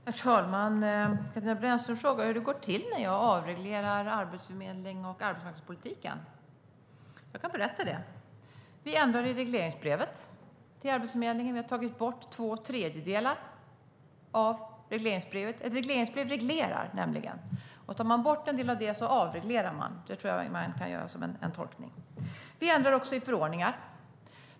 Herr talman! Katarina Brännström frågar hur det går till när jag avreglerar arbetsförmedling och arbetsmarknadspolitiken. Jag kan berätta det. Vi ändrar i regleringsbrevet till Arbetsförmedlingen. Vi har tagit bort två tredjedelar av regleringsbrevet. Ett regleringsbrev reglerar nämligen, och tar man bort en del av det så avreglerar man. Det tror jag är en tolkning man kan göra. Vi ändrar också i förordningar.